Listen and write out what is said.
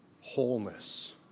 Wholeness